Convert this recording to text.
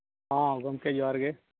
ᱦᱮᱸ ᱜᱚᱢᱠᱮ ᱡᱚᱦᱟᱨ ᱜᱮ